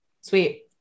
Sweet